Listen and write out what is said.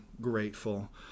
grateful